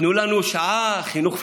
תנו לנו שעה, חינוך פיננסי,